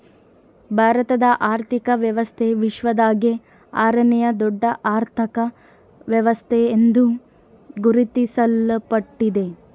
ಭಾರತದ ಆರ್ಥಿಕ ವ್ಯವಸ್ಥೆ ವಿಶ್ವದಾಗೇ ಆರನೇಯಾ ದೊಡ್ಡ ಅರ್ಥಕ ವ್ಯವಸ್ಥೆ ಎಂದು ಗುರುತಿಸಲ್ಪಟ್ಟಿದೆ